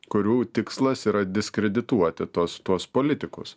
kurių tikslas yra diskredituoti tuos tuos politikus